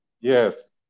Yes